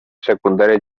secundari